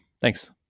thanks